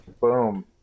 Boom